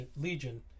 legion